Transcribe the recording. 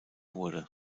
wurde